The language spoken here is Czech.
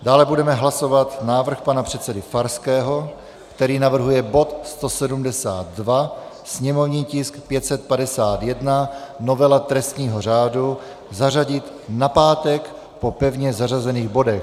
Dále budeme hlasovat návrh pana předsedy Farského, který navrhuje bod 172, sněmovní tisk 551, novela trestního řádu, zařadit na pátek 18. 10. po pevně zařazených bodech.